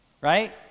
Right